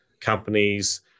companies